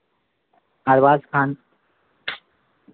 Arbaaz Khan